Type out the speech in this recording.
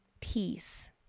Peace